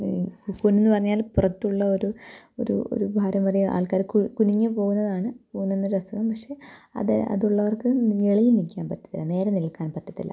കൂന് എന്ന് പറഞ്ഞാൽ പുറത്തുള്ള ഒരു ഒരു ഒരു ഭാരം വരെ ആള്ക്കാര് കുനിഞ്ഞ് പോകുന്നതാണ് കൂന് എന്നൊരസുഖം പക്ഷെ അതെ അതുള്ളവര്ക്ക് ഞെളിഞ്ഞ് നിക്കാൻ പറ്റത്തില്ല നേരെ നിൽക്കാന് പറ്റത്തില്ല